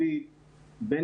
אבל אני נזעקתי